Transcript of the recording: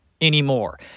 anymore